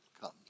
come